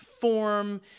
form